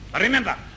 Remember